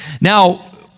Now